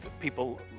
people